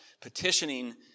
petitioning